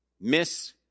miss